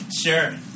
Sure